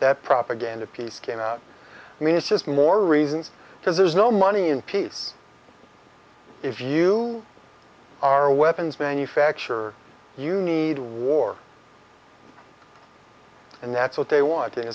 that propaganda piece came out i mean it's just more reasons because there's no money in peace if you are a weapons manufacturer you need war and that's what they want to